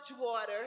water